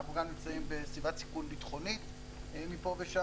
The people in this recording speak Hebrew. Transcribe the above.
אנחנו גם נמצאים בסביבת סיכון ביטחונית מפה ושם